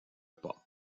pas